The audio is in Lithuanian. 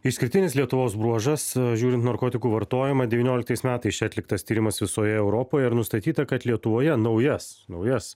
išskirtinis lietuvos bruožas žiūrint narkotikų vartojimą devynioliktais metais atliktas tyrimas visoje europoje ir nustatyta kad lietuvoje naujas naujas